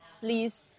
Please